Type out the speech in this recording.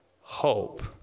hope